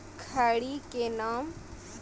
खड़ी के नाम?